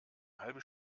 halbe